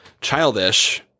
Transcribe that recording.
childish